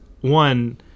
one